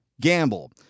gamble